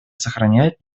сохраняет